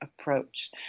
approach